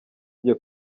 njye